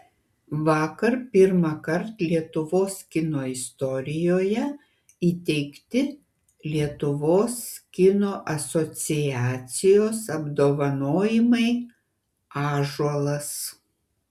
vakar pirmąkart lietuvos kino istorijoje įteikti lietuvos kino asociacijos apdovanojimai ąžuolas